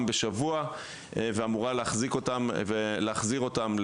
בשבוע ואמורה להחזיק אותם ולהחזיר אותם.